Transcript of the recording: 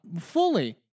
fully